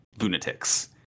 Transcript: Lunatics